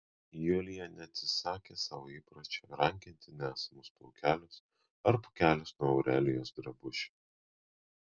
julija neatsisakė savo įpročio rankioti nesamus plaukelius ar pūkelius nuo aurelijos drabužių